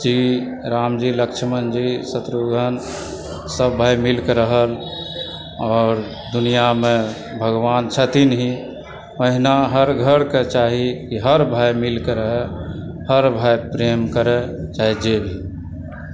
जी रामजी लक्ष्मणजी शत्रुघ्नसभ भाय मिलके रहल आओर दुनियामे भगवान छथिन ही ओहिना हर घरके चाही कि हर भाय मिलके रहय हर भाई प्रेम करय चाहे जे भी हो